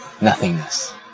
nothingness